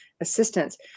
assistance